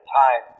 time